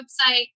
website